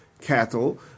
cattle